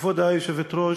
כבוד היושבת-ראש,